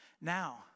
now